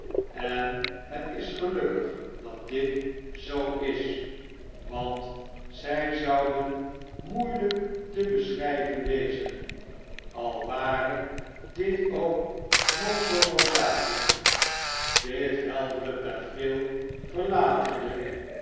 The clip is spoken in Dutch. en het is gelukkig dat dit zoo is want zij zouden moeielijk te beschrijven wezen al ware dit k nog zoo noodzakelijk dit heldere tafereel verlatende